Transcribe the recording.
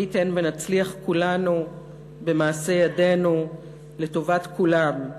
מי ייתן ונצליח כולנו במעשי ידינו לטובת כולם,